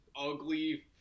ugly